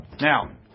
Now